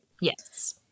yes